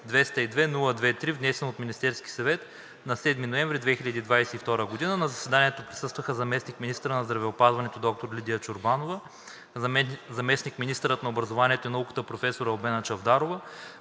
202-02-5, внесен от Министерския съвет на 11 ноември 2022 г. На заседанието присъстваха заместник-министърът на здравеопазването доктор Лидия Чорбанова, заместник-министърът на образованието и науката професор Албена Чавдарова,